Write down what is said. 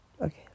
okay